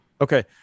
Okay